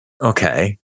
Okay